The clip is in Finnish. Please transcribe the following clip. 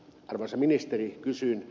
arvoisa ministeri kysyn